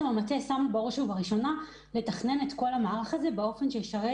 המטה שם לו למטרה לתכנן את המערך כך שיטפל